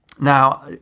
now